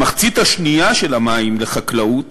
המחצית השנייה של המים לחקלאות